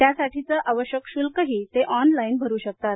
त्यासाठीचं आवश्यक शुल्कही ऑनलाइन भरू शकतात